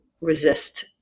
resist